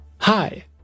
Hi